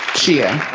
shia yeah